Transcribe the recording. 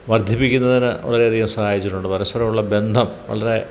വര്ദ്ധിപ്പിക്കുന്നതിന് വളരെയധികം സഹായിച്ചിട്ടുണ്ട് പരസ്പരമുള്ള ബന്ധം വളരെ